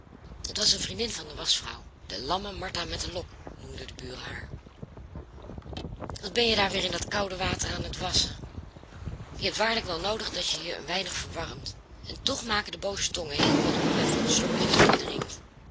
het was een vriendin van de waschvrouw de lamme martha met de lok noemden de buren haar wat ben je daar weer in dat koude water aan het wasschen je hebt waarlijk wel noodig dat je je een weinig verwarmt en toch maken de booze tongen heel wat ophef van de slokjes die je drinkt